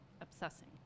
Obsessing